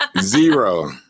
Zero